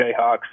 Jayhawks